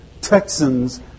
Texans